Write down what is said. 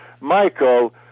Michael